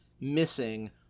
missing